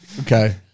Okay